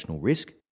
risk